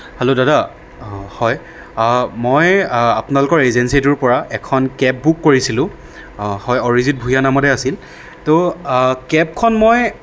hello দাদা হয় মই আপোনালোকৰ এজেঞ্চীটোৰ পৰা এখন কেব বুক কৰিছিলোঁ অঁ হয় অৰিজিত ভূঞা নামৰে আছিল তো কেবখন মই